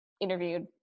interviewed